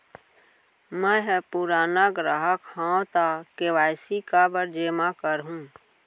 मैं ह पुराना ग्राहक हव त के.वाई.सी काबर जेमा करहुं?